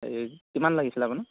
হেৰি কিমান লাগিছিল আপোনাক